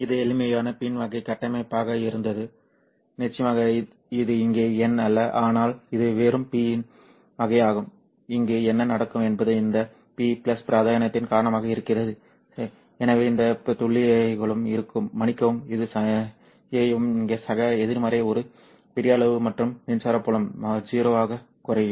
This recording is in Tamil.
இது எளிமையான PIN வகை கட்டமைப்பாக இருந்தது நிச்சயமாக இது இங்கே N அல்ல ஆனால் இது வெறும் PIN வகையாகும் இங்கு என்ன நடக்கும் என்பது இந்த p பிராந்தியத்தின் காரணமாக இருக்கிறது சரி எனவே இந்த துளைகளும் இருக்கும் மன்னிக்கவும் இது செய்யும் இந்த சக எதிர்மறை ஒரு பெரிய அளவு மற்றும் மின்சார புலம் 0 ஆக குறையும்